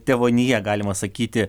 tėvonija galima sakyti